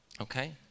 Okay